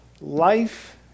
life